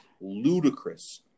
ludicrous